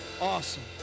Awesome